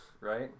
right